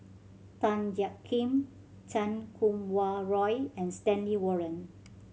Tan Jiak Kim Chan Kum Wah Roy and Stanley Warren